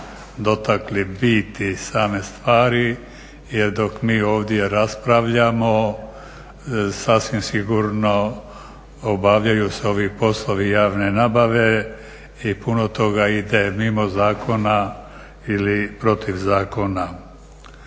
dotakli biti same stvari jer dok mi ovdje raspravljamo sasvim sigurno obavljaju se poslovi javne nabave i puno toga ide mimo zakona ili protiv zakona.